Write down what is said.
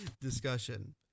discussion